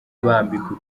bambikwa